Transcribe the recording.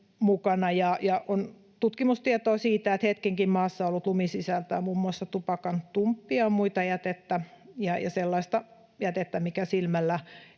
On tutkimustietoa siitä, että hetkenkin maassa ollut lumi sisältää muun muassa tupakantumppeja ja muuta jätettä ja sellaista jätettä, mikä silmällä